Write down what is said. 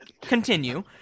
Continue